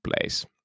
place